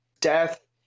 death